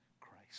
Christ